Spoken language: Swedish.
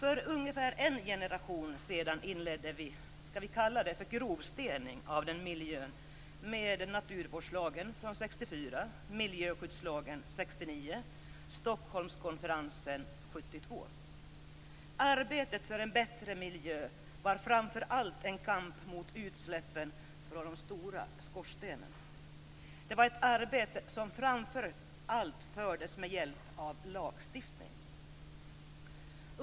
För ungefär en generation sedan inledde vi något som vi kan kalla grovstädning av miljön genom naturvårdslagen från 1964, miljöskyddslagen från 1969 och Stockholmskonferensen 1972. Arbetet för en bättre miljö var framför allt en kamp mot utsläppen från de stora skorstenarna. Det var ett arbete som framför allt fördes med hjälp av lagstiftning.